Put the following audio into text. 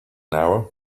hour